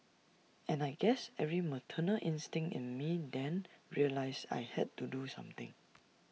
and I guess every maternal instinct in me then realised I had to do something